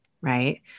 right